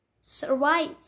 survive